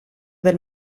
del